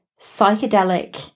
psychedelic